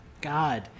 God